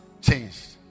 changed